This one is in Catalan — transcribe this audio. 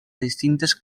distintes